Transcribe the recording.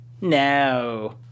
No